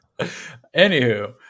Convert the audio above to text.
Anywho